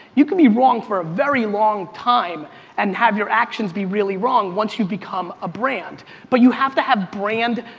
you can be wrong for a very long time and have your actions be really wrong once you become a brand. but you have to have brand,